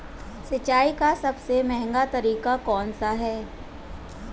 सिंचाई का सबसे महंगा तरीका कौन सा है?